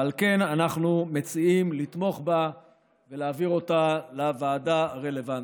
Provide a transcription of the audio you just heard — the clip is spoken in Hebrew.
ועל כן אנחנו מציעים לתמוך בה ולהעביר אותה לוועדה הרלוונטית.